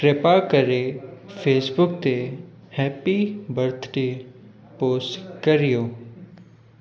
कृपा करे फेसबुक ते हैपी बर्थडे पोस्ट करियो